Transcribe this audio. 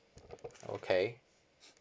okay